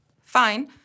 Fine